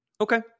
okay